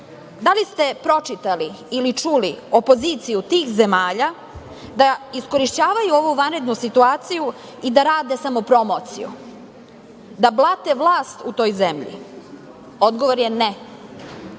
li ste pročitali ili čuli opoziciju tih zemalja da iskorišćavaju ovu vanrednu situaciju i da rade samo promociju, da blate vlast u toj zemlji? Odgovor je –